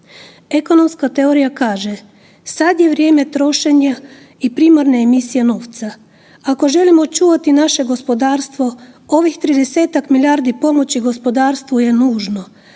Ekonomska teorija kaže, sad je vrijeme trošenja i primarne emisije novca. Ako želimo očuvati naše gospodarstvo, ovih 30-tak milijardi pomoći gospodarstvu je nužno,